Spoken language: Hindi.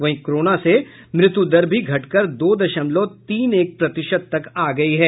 वहीं कोरोना से मृत्यु दर भी घटकर दो दशमलव तीन एक प्रतिशत तक आ गई है